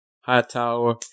Hightower